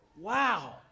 Wow